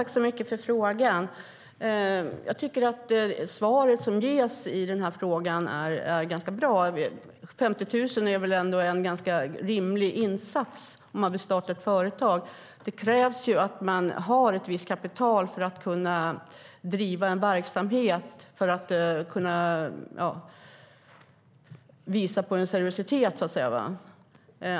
Herr talman! Svaret som ges på frågan är bra. 50 000 är ändå en rimlig insats för att starta ett företag. Det krävs att man har ett visst kapital för att kunna driva en verksamhet och visa på en seriositet.